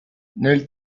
nel